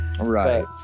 Right